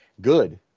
good